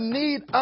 need